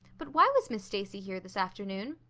but why was miss stacy here this afternoon?